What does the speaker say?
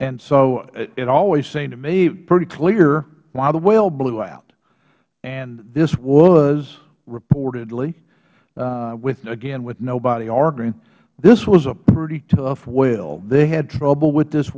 and so it always seemed to me pretty clear why the well blew out and this was reportedly again with nobody arguing this was a pretty tough well they had trouble with this